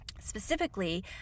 specifically